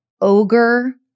ogre